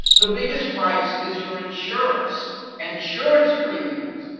the biggest price is your insurance. and insurance premiums,